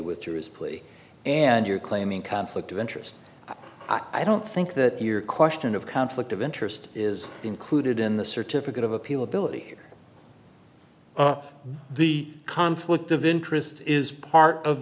withdrew his plea and you're claiming conflict of interest i don't think that your question of conflict of interest is included in the certificate of appeal ability the conflict of interest is part of